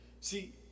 See